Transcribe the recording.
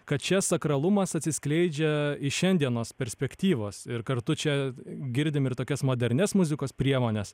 kad čia sakralumas atsiskleidžia iš šiandienos perspektyvos ir kartu čia girdim ir tokias modernias muzikos priemones